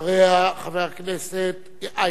אחריה חבר הכנסת אייכלר,